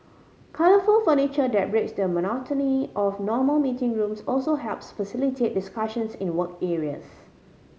colourful furniture that breaks the monotony of normal meeting rooms also helps facilitate discussions in the work areas